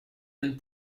and